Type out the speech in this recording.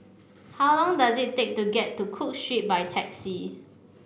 how long does it take to get to Cook Street by taxi